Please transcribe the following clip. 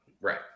Right